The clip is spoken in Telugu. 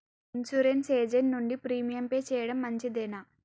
ఇన్సూరెన్స్ ఏజెంట్ నుండి ప్రీమియం పే చేయడం మంచిదేనా?